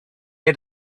had